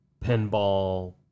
pinball